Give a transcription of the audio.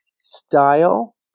style